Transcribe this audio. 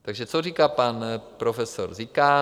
Takže co říká pan profesor Zikán?